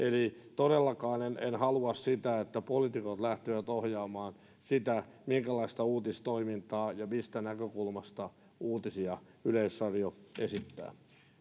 todellakaan en halua sitä että poliitikot lähtevät ohjaamaan sitä minkälaista uutistoimintaa ja mistä näkökulmasta uutisia yleisradio esittää